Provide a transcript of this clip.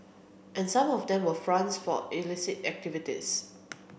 and some of them were fronts for illicit activities